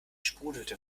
sprudelte